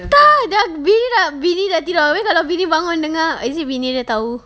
tak dia bini bini nanti kalau bini bangun dengar is it bini dia tahu